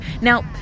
Now